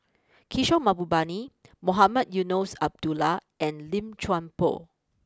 Kishore Mahbubani Mohamed Eunos Abdullah and Lim Chuan Poh